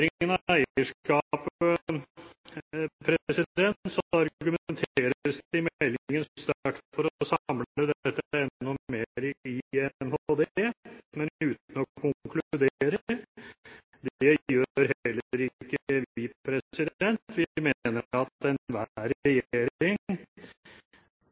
argumenteres det i meldingen sterkt for å samle dette enda mer i Nærings- og handelsdepartementet, men uten å konkludere. Det gjør heller ikke vi. Vi mener at enhver